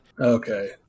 Okay